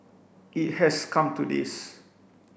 it has come to this